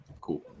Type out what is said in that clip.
Cool